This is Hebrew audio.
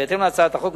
בהתאם להצעת החוק,